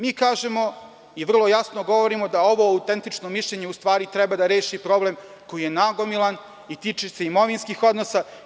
Mi kažemo i vrlo jasno govorimo da ovo autentično mišljenje u stvari treba da reši problem koji je nagomilan i tiče se imovinskih odnosa.